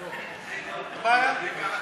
אין בעיה.